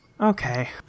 Okay